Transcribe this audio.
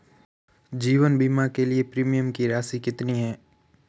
जीवन बीमा के लिए प्रीमियम की राशि कितनी है?